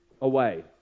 away